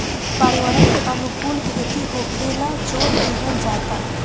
पर्यावरण के अनुकूल खेती होखेल जोर दिहल जाता